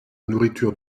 nourriture